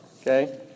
okay